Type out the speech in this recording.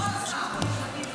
לכן נדרשת פה הדחייה.